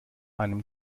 einem